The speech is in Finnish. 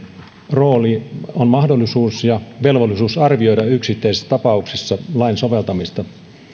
rooli mahdollisuus ja velvollisuus arvioida yksittäisissä tapauksissa lain soveltamista